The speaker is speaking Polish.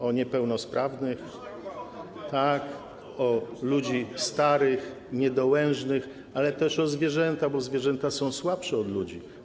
O niepełnosprawnych, o ludzi starych, niedołężnych, ale też o zwierzęta, bo zwierzęta są słabsze od ludzi.